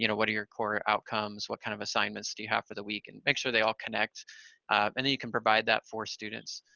you know what are your core outcomes outcomes what kind of assignments do you have for the week and make sure they all connect and you can provide that for students.